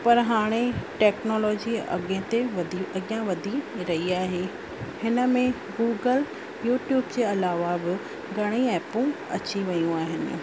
पर हाणे टैक्नोलॉजी अॻिते वधी अॻियां वधी रई आहे हिन में गूगल यूट्यूब जे अलावा बि घणेई ऐपू अची वियूं आहिनि